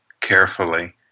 carefully